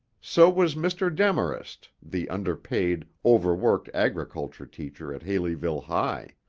so was mr. demarest, the underpaid, overworked agriculture teacher at haleyville high.